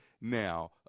Now